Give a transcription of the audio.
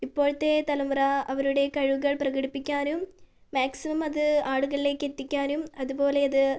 ഇപ്പോഴത്തെ തലമുറ അവരുടെ കഴിവുകൾ പ്രകടിപ്പിക്കാനും മാക്സിമം അത് ആളുകളിലേക്ക് എത്തിക്കാനും അതുപോലെ അത്